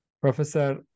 Professor